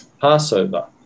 Passover